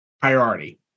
priority